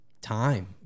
time